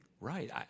right